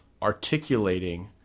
Articulating